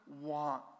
want